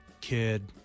kid